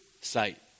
sight